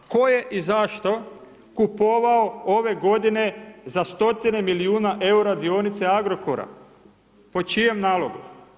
Tko je i zašto kupovao ove godine za stotine milijuna eura dionice Agrokora, po čijem nalogu?